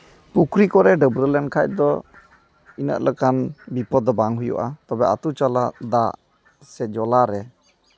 ᱯᱩᱠᱷᱨᱤ ᱠᱚᱨᱮ ᱰᱟᱹᱵᱨᱟᱹ ᱞᱮᱱᱠᱷᱟᱡ ᱫᱚ ᱤᱱᱟᱹᱜ ᱞᱮᱠᱟᱱ ᱵᱤᱯᱚᱫ ᱫᱚ ᱵᱟᱝ ᱦᱩᱭᱩᱜᱼᱟ ᱛᱚᱵᱮ ᱟᱛᱩ ᱪᱟᱞᱟᱜ ᱫᱟᱜ ᱥᱮ ᱡᱚᱞᱟᱨᱮ